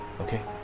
Okay